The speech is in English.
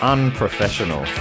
Unprofessional